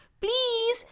please